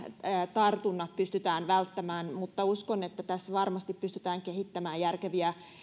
tartunnat pystytään välttämään mutta uskon että tässä varmasti pystytään kehittämään järkeviä